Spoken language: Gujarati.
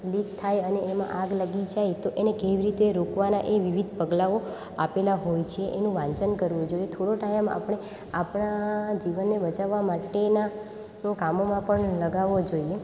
લીક થાય અને એમાં આગ લાગી જાય તો એમાં કેવી રીતે રોકવાના એ વિવિધ પગલાંઓ આપેલાં હોય છે એનું વાંચન કરવું જોઈએ થોડો ટાઈમ આપણે આપણા જીવનને બચાવવા માટેના કામોમાં પણ લગાવવો જોઈએ